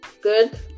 good